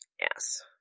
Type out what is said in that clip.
yes